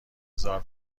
هزار